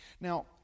Now